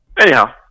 Anyhow